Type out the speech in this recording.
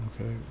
okay